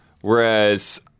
Whereas